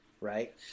right